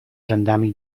rzędami